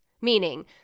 Meaning